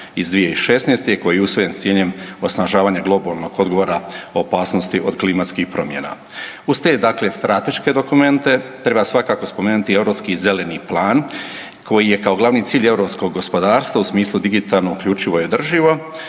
iz 2016.-te koji je usvojen s ciljem osnažavanja globalnog odgovora o opasnosti od klimatskih promjena. Uz te dakle strateške dokumente treba svakako spomenuti i Europski zeleni plan koji je kao glavni cilj europskog gospodarstva u smislu digitalno, uključivo i održivo